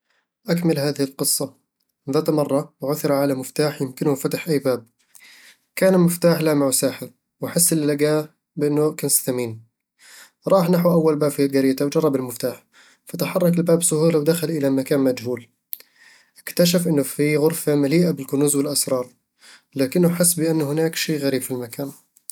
أكمل هذه القصة: ذات مرة، عُثر على مفتاح يمكنه فتح أي باب كان المفتاح لامع وساحر، وأحسَّ الي لقاه بأنه كنز ثمين راح نحو أول باب في قريته وجرب المفتاح، فتحرك الباب بسهوله ودخل إلى مكان مجهول اكتشف أنه في غرفة مليئة بالكنوز والأسرار، لكنه حس بأن هناك شي غريب في المكان